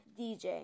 DJ